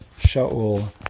Sha'ul